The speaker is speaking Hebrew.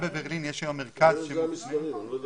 אני יודע שאלה המספרים, אני לא יודע